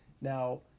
Now